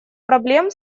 проблем